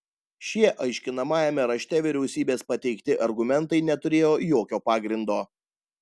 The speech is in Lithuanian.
šie aiškinamajame rašte vyriausybės pateikti argumentai neturėjo jokio pagrindo